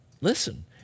listen